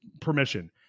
permission